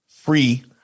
free